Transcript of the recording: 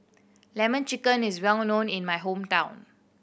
Lemon Chicken is well known in my hometown